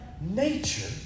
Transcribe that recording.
nature